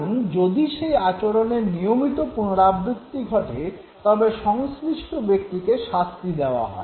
কারণ যদি সেই আচরণের নিয়মিত পুনরাবৃত্তি ঘটে তবে সংশ্লিষ্ট ব্যক্তিকে শাস্তি দেওয়া হয়